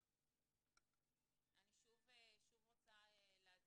אני שוב רוצה להדגיש,